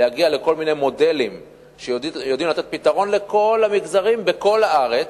להגיע לכל מיני מודלים שיודעים לתת פתרון לכל המגזרים בכל הארץ,